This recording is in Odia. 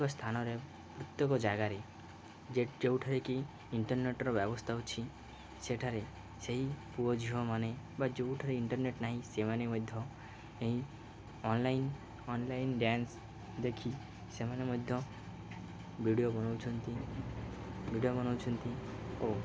ପ୍ରତ୍ୟେକ ସ୍ଥାନରେ ପ୍ରତ୍ୟେକ ଜାଗାରେ ଯେ ଯେଉଁଠାରେ କିି ଇଣ୍ଟରନେଟ୍ର ବ୍ୟବସ୍ଥା ଅଛି ସେଠାରେ ସେହି ପୁଅ ଝିଅମାନେ ବା ଯେଉଁଠାରେ ଇଣ୍ଟରନେଟ୍ ନାହିଁ ସେମାନେ ମଧ୍ୟ ଏହି ଅନ୍ଲାଇନ୍ ଅନ୍ଲାଇନ୍ ଡ଼୍ୟାନ୍ସ ଦେଖି ସେମାନେ ମଧ୍ୟ ଭିଡ଼ିଓ ବନଉଛନ୍ତି ଭିଡ଼ିଓ ବନଉଛନ୍ତି ଓ